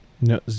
No